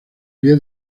pie